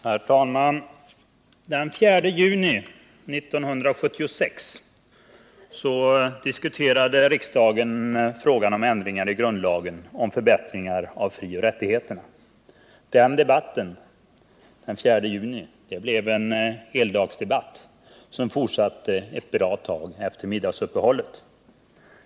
Herr talman! Den 4 juni 1976 diskuterade riksdagen ändringar i grundlagen i fråga om förbättringar av frioch rättigheterna. Det blev en heldagsdebatt, som fortsatte ett bra tag efter middagsuppehållet.